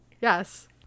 yes